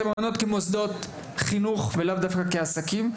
המעונות כמוסדות חינוך ולאו דווקא כעסקים.